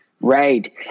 Right